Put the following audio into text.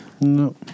No